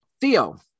Theo